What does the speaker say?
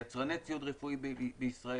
יצרני ציוד רפואי בישראל,